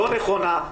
לא נכונה,